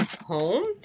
home